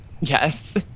yes